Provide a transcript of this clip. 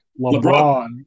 LeBron